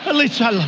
lisa, i love,